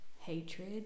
hatred